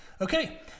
Okay